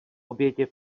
obědě